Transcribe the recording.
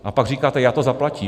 A pak říkáte: Já to zaplatím.